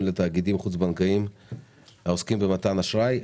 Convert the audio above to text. לתאגידים חוץ-בנקאיים העוסקים במתן אשראי).